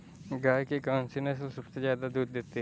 गाय की कौनसी नस्ल सबसे ज्यादा दूध देती है?